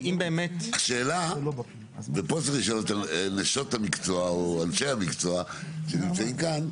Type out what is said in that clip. השאלה ופה צריך לשאול את נשות המקצוע או אנשי המקצוע שנמצאים כאן,